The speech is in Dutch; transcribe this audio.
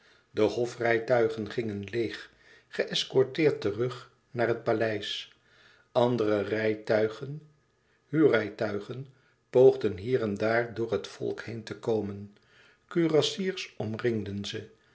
de hofrijtuigen gingen leêg geëscorteerd terug naar het paleis andere rijtuigen huurrijtuigen poogden hier en daar door het volk heen te komen kurassiers omringden ze